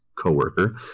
co-worker